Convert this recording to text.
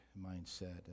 mindset